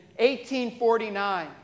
1849